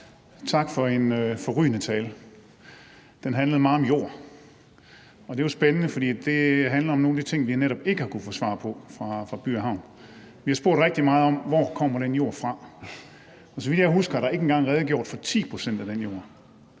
tak for en forrygende tale. Den handlede meget om jord, og det er jo spændende, fordi det handler om nogle af de ting, vi netop ikke har kunnet få svar på fra By & Havn. Vi har spurgt rigtig meget om, hvor den jord kommer fra, og så vidt jeg husker, er der ikke engang redegjort for 10 pct. af den jord.